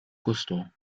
gusto